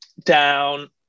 down